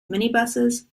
minibuses